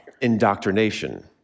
indoctrination